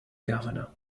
governor